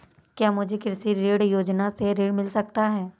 क्या मुझे कृषि ऋण योजना से ऋण मिल सकता है?